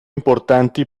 importanti